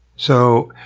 so,